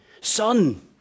Son